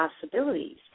possibilities